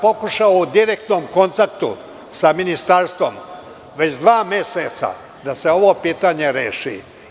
Pokušao sam u direktnom kontaktu sa ministarstvom već dva meseca da se ovo pitanje reši.